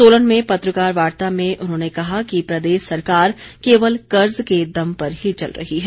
सोलन में पत्रकार वार्ता में उन्होंने कहा कि प्रदेश सरकार केवल कर्ज के दम पर ही चल रही है